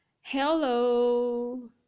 Hello